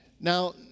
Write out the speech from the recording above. Now